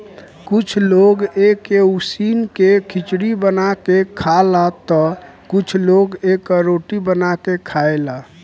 कुछ लोग एके उसिन के खिचड़ी बना के खाला तअ कुछ लोग एकर रोटी बना के खाएला